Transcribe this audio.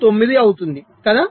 0679 అవుతుంది కదా